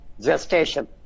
gestation